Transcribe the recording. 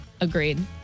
Agreed